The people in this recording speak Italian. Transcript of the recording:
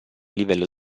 livello